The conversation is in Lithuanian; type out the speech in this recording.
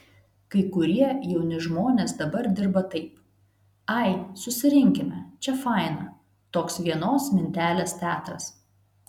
kai kurie jauni žmonės dabar dirba taip ai susirinkime čia faina toks vienos mintelės teatras